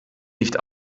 nicht